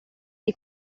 dei